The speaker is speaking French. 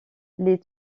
les